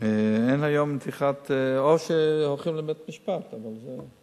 או שהולכים לבית-משפט, אבל זה,